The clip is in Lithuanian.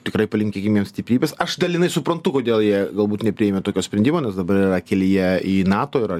tikrai palinkėkim jiem stiprybės aš dalinai suprantu kodėl jie galbūt nepriėmė tokio sprendimo nes dabar yra kelyje į nato yra